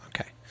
Okay